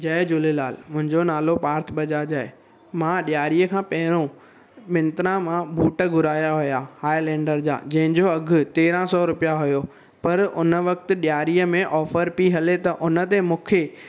जय झूलेलाल मुंहिंजो नालो पार्थ बजाज आहे मां ॾिआरीअ खां पहरियों मिंत्रा मां बूट घुराया हुया हाइ लैंडर जा जंहिंजो अघि तेरहं सौ रुपया हुयो पर उन वक़्त ॾिआरीअ में ऑफर पई हले त उनते मूंखे